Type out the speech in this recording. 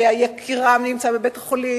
שיקירם נמצא בבית-החולים,